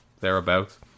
thereabouts